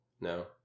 No